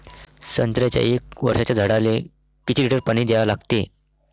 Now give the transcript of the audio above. संत्र्याच्या एक वर्षाच्या झाडाले किती लिटर पाणी द्या लागते?